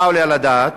מה עולה על הדעת?